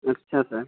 अच्छा सर